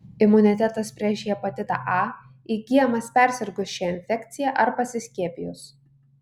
imunitetas prieš hepatitą a įgyjamas persirgus šia infekcija ar pasiskiepijus